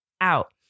out